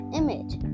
image